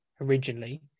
originally